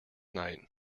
night